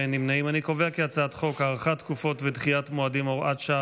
חוק הארכת תקופות ודחיית מועדים (הוראת שעה,